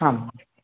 आम्